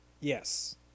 Yes